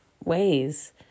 ways